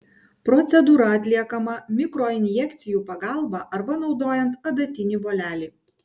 procedūra atliekama mikroinjekcijų pagalba arba naudojant adatinį volelį